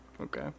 Okay